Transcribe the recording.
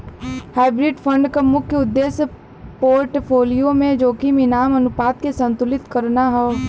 hybrid fund क मुख्य उद्देश्य पोर्टफोलियो में जोखिम इनाम अनुपात के संतुलित करना हौ